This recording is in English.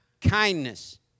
kindness